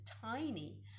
tiny